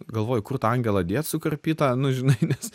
galvoji kur tą angelą dėt sukarpytą nu žinai nes